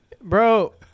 Bro